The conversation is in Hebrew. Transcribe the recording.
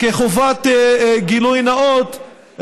כחובה לגילוי נאות,